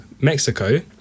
Mexico